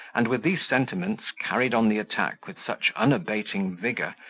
and with these sentiments carried on the attack with such unabating vigour,